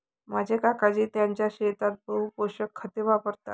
माझे काकाजी त्यांच्या शेतात बहु पोषक खते वापरतात